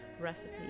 recipe